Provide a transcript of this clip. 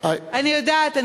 אני יודעת.